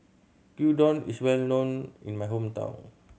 gyudon is well known in my hometown